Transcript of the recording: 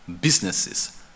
businesses